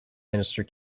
minister